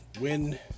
win